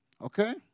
Okay